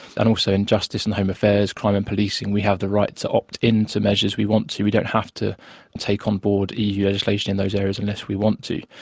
and also in justice and home affairs, crime and policing, we have the right to opt in to measures we want to, we don't have to take on board eu legislation in those areas unless we want to.